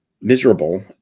miserable